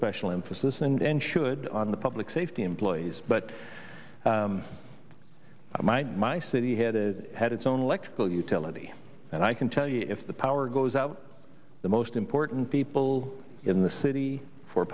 special emphasis and should on the public safety employees but my my city had a had its own electrical utility and i can tell you if the power goes out the most important people in the city for